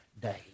day